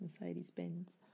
Mercedes-Benz